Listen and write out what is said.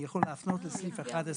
אני יכול להפנות לסעיף 11,